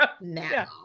now